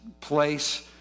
place